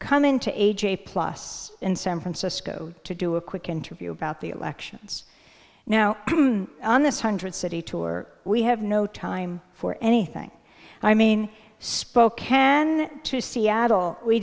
come into a j plus in san francisco to do a quick interview about the elections now on this hundred city tour we have no time for anything i mean spokane to seattle we